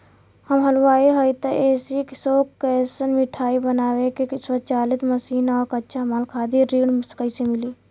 हम हलुवाई हईं त ए.सी शो कैशमिठाई बनावे के स्वचालित मशीन और कच्चा माल खातिर ऋण कइसे मिली?